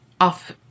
off